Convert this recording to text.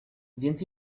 więc